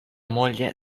moglie